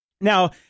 now